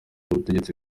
ubutegetsi